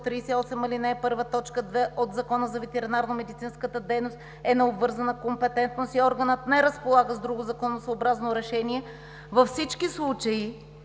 т. 2 от Закона за ветеринарномедицинската дейност е на обвързана компетентност и органът не разполага с друго закононосъобразно решение, във всички случаи